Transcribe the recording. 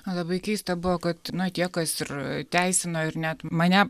labai keista buvo kad na tie kas ir teisino ir net mane